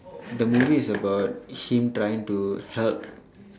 the movie is about him trying to help